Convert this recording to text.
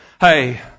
Hey